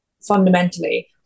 fundamentally